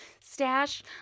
stash